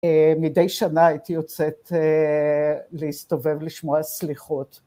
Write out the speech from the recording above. מדי שנה הייתי יוצאת להסתובב, לשמוע סליחות.